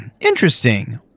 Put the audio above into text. Interesting